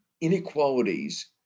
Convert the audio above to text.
inequalities